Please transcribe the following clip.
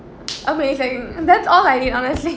amazing that's all I need honestly